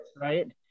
right